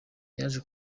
yaje